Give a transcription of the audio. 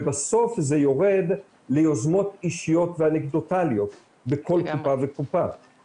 ובסוף זה יורד ליוזמות אישיות ואנקדוטליות בכל קופה וקופה.